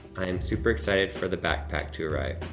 i am super excited for the backpack to arrive,